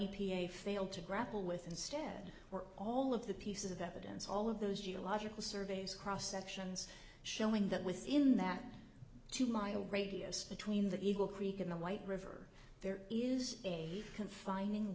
a failed to grapple with instead or all of the pieces of evidence all of those geological surveys cross sections showing that within that two miles radius between the eagle creek and the white river there is a confining